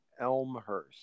Elmhurst